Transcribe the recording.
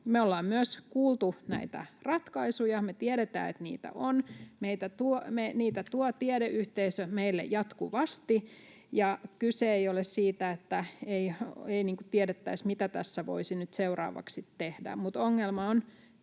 Me ollaan myös kuultu näitä ratkaisuja. Me tiedetään, että niitä on. Niitä tuo tiedeyhteisö meille jatkuvasti. Ja kyse ei ole siitä, että ei tiedettäisi, mitä tässä voisi nyt seuraavaksi tehdä. Ongelma on